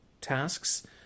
tasks